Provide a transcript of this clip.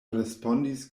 respondis